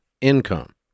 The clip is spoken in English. income